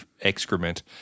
excrement